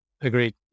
Agreed